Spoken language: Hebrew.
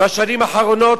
בשנים האחרונות,